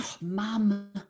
Mum